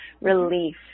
relief